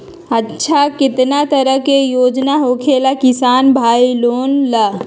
अच्छा कितना तरह के योजना होखेला किसान भाई लोग ला?